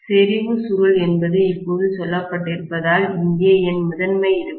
செறிவு சுருள் என்பது இப்போது சொல்லப்பட்டிருப்பதால் இங்கே என் முதன்மை இருக்கும்